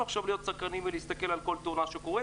עכשיו להיות סקרנים ולהסתכל על כל תאונה שקורית,